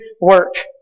work